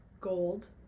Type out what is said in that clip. gold